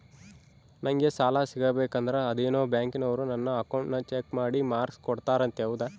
ನಂಗೆ ಸಾಲ ಸಿಗಬೇಕಂದರ ಅದೇನೋ ಬ್ಯಾಂಕನವರು ನನ್ನ ಅಕೌಂಟನ್ನ ಚೆಕ್ ಮಾಡಿ ಮಾರ್ಕ್ಸ್ ಕೊಡ್ತಾರಂತೆ ಹೌದಾ?